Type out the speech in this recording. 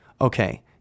okay